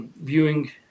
Viewing